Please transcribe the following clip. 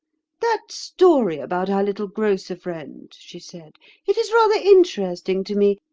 that story about our little grocer friend she said it is rather interesting to me.